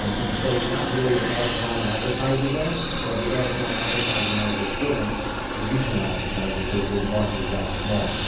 um and so, you're not really an ad zone advertiser there. so the ad zone advertiser might be equivalent to the regional advertiser because the market is that small.